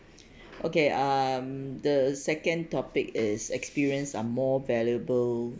okay um the second topic is experience are more valuable